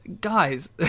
Guys